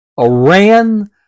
Iran